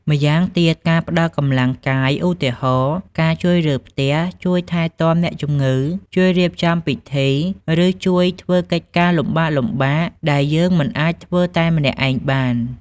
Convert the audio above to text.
ម្យ៉ាងទៀត ការផ្តល់កម្លាំងកាយ ឧទាហរណ៍ ការជួយរើផ្ទះ ជួយថែទាំអ្នកជំងឺ ជួយរៀបចំពិធី ឬជួយធ្វើកិច្ចការលំបាកៗ ដែលយើងមិនអាចធ្វើតែម្នាក់ឯងបាន។